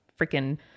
freaking